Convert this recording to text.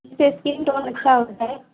اس سے skin tone اچھا ہوتا ہے